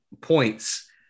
points